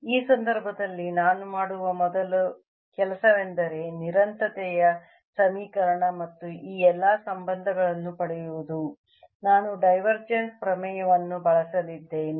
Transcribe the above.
ಈ ಸಂದರ್ಭದಲ್ಲಿ ನಾನು ಮಾಡುವ ಮೊದಲ ಕೆಲಸವೆಂದರೆ ನಿರಂತರತೆಯ ಸಮೀಕರಣ ಮತ್ತು ಈ ಎಲ್ಲಾ ಸಂಬಂಧಗಳನ್ನು ಪಡೆಯುವುದು ನಾನು ಡೈವರ್ಜೆನ್ಸ್ ಪ್ರಮೇಯವನ್ನು ಬಳಸಲಿದ್ದೇನೆ